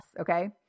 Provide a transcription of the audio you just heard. okay